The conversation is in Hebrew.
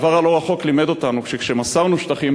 העבר הלא-רחוק לימד אותנו שכשמסרנו שטחים